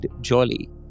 Jolly